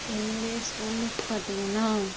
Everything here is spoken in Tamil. என்னுடைய ஸ்கூல் லைஃப் பார்த்திங்கன்னா